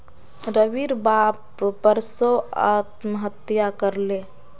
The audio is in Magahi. रविर बाप परसो आत्महत्या कर ले